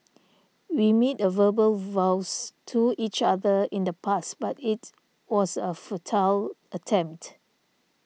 we made a verbal vows to each other in the past but it was a futile attempt